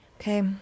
Okay